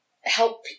help